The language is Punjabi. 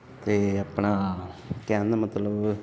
ਅਤੇ ਆਪਣਾ ਕਹਿਣ ਦਾ ਮਤਲਬ